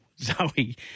Zoe